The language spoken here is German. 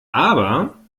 aber